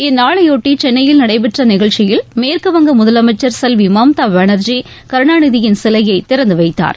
இந்நாளையொட்டி சென்னையில் நடைபெற்ற நிகழ்ச்சியில் மேற்கு வங்க முதலமைச்சர் செல்வி மம்தா பானார்ஜி கருணாநிதியின் சிலையை திறந்து வைத்தார்